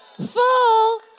Full